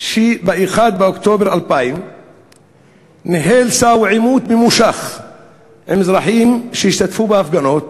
שב-1 באוקטובר 2000 ניהל סאו עימות ממושך עם אזרחים שהשתתפו בהפגנות,